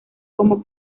como